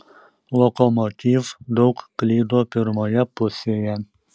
lokomotiv daug klydo pirmoje pusėje